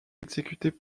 exécutés